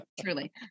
truly